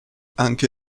anche